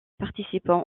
participant